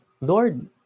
Lord